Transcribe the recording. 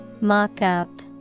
Mock-up